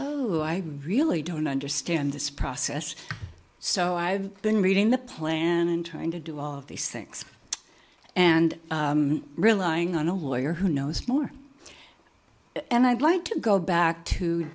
oh i really don't understand this process so i've been reading the plan and trying to do all of these things and relying on a lawyer who knows more and i'd like to go back to